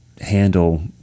handle